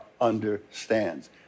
understands